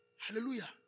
Hallelujah